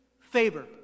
Favor